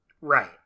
Right